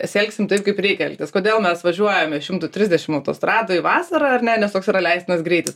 nesielgsim taip kaip reikia elgtis kodėl mes važiuojame šimtu trisdešimt autostradoj vasarą ar ne nes toks yra leistinas greitis